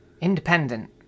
Independent